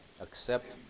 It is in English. accept